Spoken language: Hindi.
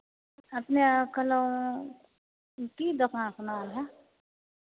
अपने आकलों की दुकान का नाम है